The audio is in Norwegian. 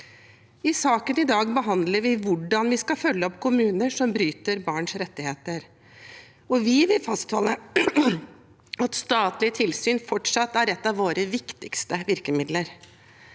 I saken i dag behandler vi hvordan vi skal følge opp kommuner som bryter barns rettigheter, og vi vil fastholde at statlig tilsyn fortsatt er et av våre viktigste virkemidler.